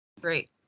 Great